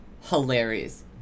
Hilarious